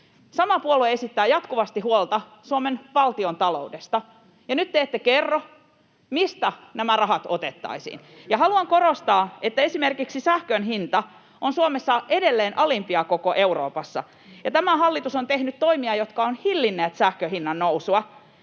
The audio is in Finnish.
Sama puolue esittää jatkuvasti huolta Suomen valtiontaloudesta, ja nyt ette kerro, mistä nämä rahat otettaisiin. Haluan korostaa, että esimerkiksi sähkön hinta on Suomessa edelleen alimpia koko Euroopassa, ja tämä hallitus on tehnyt toimia, jotka ovat hillinneet sähkön hinnan nousua.